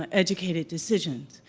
ah educated decisions,